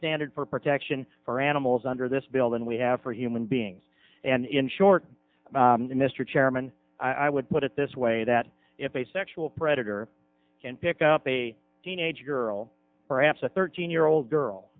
standard for protection for animals under this bill than we have for human beings and in short mr chairman i would put it this way that if a sexual predator can pick up a teenage girl perhaps a thirteen year old girl